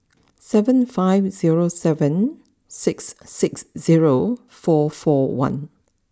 seven five zero seven six six zero four four one